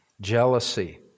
jealousy